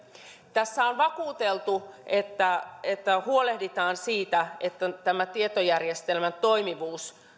tässä on vakuuteltu että että huolehditaan siitä että tämä tietojärjestelmien toimivuus